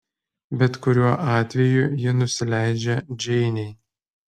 bet kuriuo atveju ji nusileidžia džeinei